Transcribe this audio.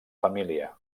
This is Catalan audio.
família